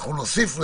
ואנחנו נוסיף לזה,